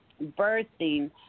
birthing